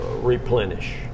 replenish